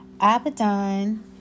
Abaddon